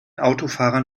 autofahrern